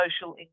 social